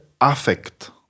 affect